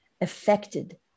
affected